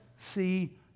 see